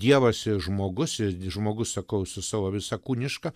dievas ir žmogus ir žmogus sakau su savo visa kūniška